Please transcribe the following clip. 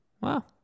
Wow